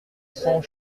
cent